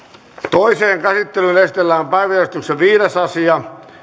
toiseen käsittelyyn esitellään päiväjärjestyksen viides asia